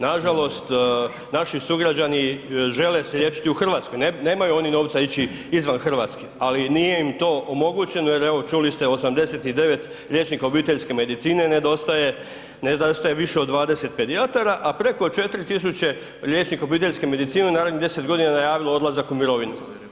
Nažalost, naši sugrađani žele se liječiti u Hrvatskoj, nemaju oni novca ići izvan Hrvatske ali nije im to omogućeno jer evo čuli ste 89 liječnika obiteljske medicine nedostaje, nedostaje više od 20 pedijatara a preko 4 tisuće liječnika obiteljske medicine u narednih 10 godina je najavilo odlazak u mirovinu.